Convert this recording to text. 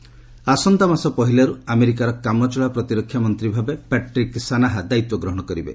US defence head ଆସନ୍ତା ମାସ ପହିଲାରୁ ଆମେରିକାର କାମଚଳା ପ୍ରତିରକ୍ଷା ମନ୍ତ୍ରୀ ଭାବେ ପ୍ୟାଟ୍ରିକ୍ ସାନାହା ଦାୟିତ୍ୱ ଗ୍ରହଣ କରିବେ